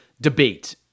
debate